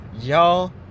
y'all